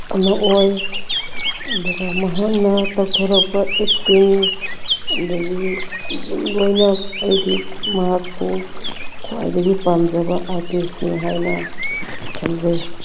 ꯑꯃ ꯑꯣꯏ ꯑꯗꯨꯒ ꯃꯍꯥꯛꯅ ꯇꯧꯊꯣꯔꯛꯄ ꯑꯦꯛꯇꯤꯡ ꯑꯗꯒꯤ ꯑꯗꯨꯝ ꯂꯣꯏꯅ ꯑꯩꯗꯤ ꯃꯍꯥꯛꯄꯨ ꯈ꯭ꯋꯥꯏꯗꯒꯤ ꯄꯥꯝꯖꯕ ꯑꯥꯔꯇꯤꯁꯅꯤ ꯍꯥꯏꯅ ꯈꯟꯖꯩ